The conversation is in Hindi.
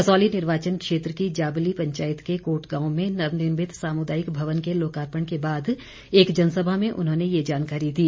कसौली निर्वाचन क्षेत्र की जाबली पंचायत के कोट गांव में नवनिर्मित सामुदायिक भवन के लोकार्पण के बाद एक जनसभा में उन्होंने ये जानकारी दी